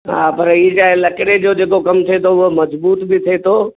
हा पर ही छा आहे लकिड़े जो जेको कमु थिए थो उहो मज़बूत बि थिए थो